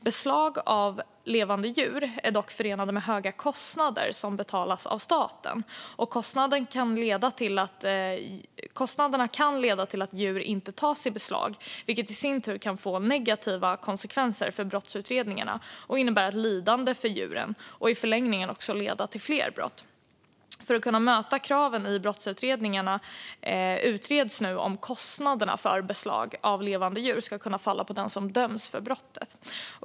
Beslag av levande djur är dock förenade med höga kostnader som betalas av staten. Kostnaderna kan leda till att djur inte tas i beslag, vilket i sin tur kan få negativa konsekvenser för brottsutredningarna och innebära ett lidande för djuren och i förlängningen leda till fler brott. För att kunna möta kraven i brottsutredningarna utreds nu om kostnaderna för beslag av levande djur ska kunna falla på den som döms för brottet.